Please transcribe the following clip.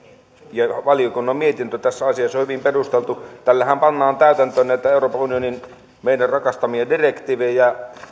ja valiokunnan mietintö tässä asiassa ovat hyvin perusteltuja tällähän pannaan täytäntöön näitä meidän rakastamiamme euroopan unionin direktiivejä